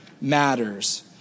Matters